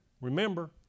remember